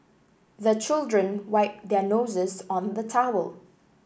the children wipe their noses on the towel